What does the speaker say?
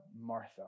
Martha